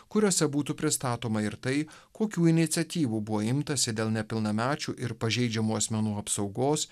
kuriose būtų pristatoma ir tai kokių iniciatyvų buvo imtasi dėl nepilnamečių ir pažeidžiamų asmenų apsaugos